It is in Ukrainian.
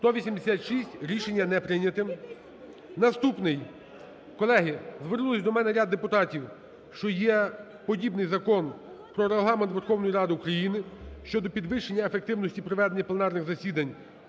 За-186 Рішення не прийнято. Наступний… Колеги, звернулись до мене ряд депутатів, що є подібний Закон про Регламент Верховної Ради України щодо підвищення ефективності проведення пленарних засідань